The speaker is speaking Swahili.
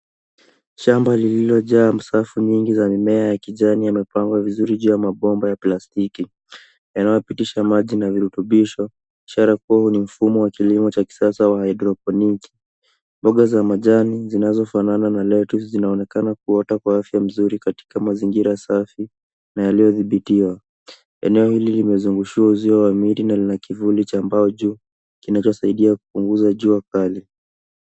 Shamba lililojaa msafu nyingi za mimea ya kijani yamepangwa vizuri juu ya mabomba ya plastiki yanayopitisha maji na virutubisho ishara kuwa ni mfumo wa kilimo cha kisasa wa hydroponic . Mboga za majani zinazofanana na lettuce zinaonekana kuota kwa afya mzuri katika mazingira safi na yaliyodhibitiwa. Eneo hili limezungushwa uzio wa miti na lina kivuli cha mbao juu kinachosaidia kupunguza jua kali.